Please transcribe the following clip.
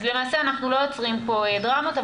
למעשה אנחנו לא יוצרים פה דרמות,